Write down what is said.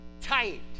tight